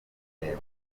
kureba